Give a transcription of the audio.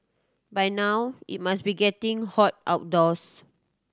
by now it must be getting hot outdoors